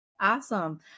Awesome